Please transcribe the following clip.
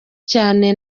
cyane